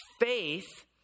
faith